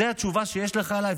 זו התשובה שיש לך אליי,